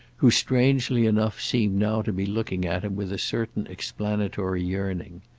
who, strangely enough, seemed now to be looking at him with a certain explanatory yearning.